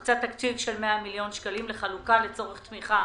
הוקצה תקציב של 100 מיליון שקלים לחלוקה לצורך תמיכה.